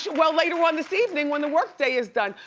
well, later on this evening when the work day is done.